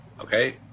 okay